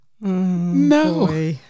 No